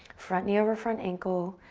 front knee over front ankle,